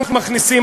אנחנו מכניסים,